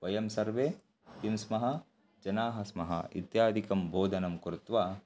वयं सर्वे किं स्मः जनाः स्मः इत्यादिकं बोधनं कृत्वा